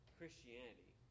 Christianity